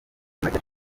macye